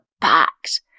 packed